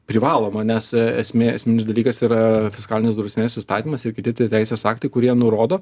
privaloma nes esmė esminis dalykas yra fiskalinės drausmės įstatymas ir kiti teisės aktai kurie nurodo